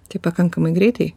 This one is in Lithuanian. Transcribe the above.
tai pakankamai greitai